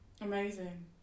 amazing